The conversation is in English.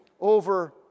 over